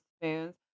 spoons